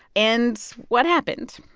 and what happened?